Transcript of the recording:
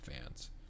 fans